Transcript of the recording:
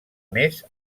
més